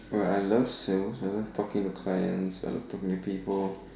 oh I love sales I love talking to clients I love talking to people